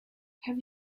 have